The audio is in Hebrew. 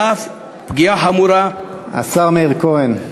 ואף פגיעה חמורה בהתפתחות, השר מאיר כהן,